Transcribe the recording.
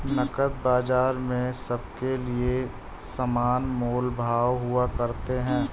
नकद बाजार में सबके लिये समान मोल भाव हुआ करते हैं